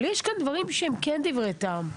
אבל יש כאן דברים שהם כן דברי טעם,